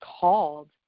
called